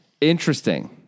Interesting